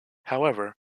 however